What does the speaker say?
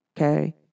Okay